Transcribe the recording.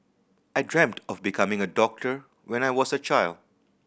I dreamt of becoming a doctor when I was a child